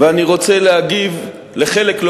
ואני רוצה להגיב לחלק,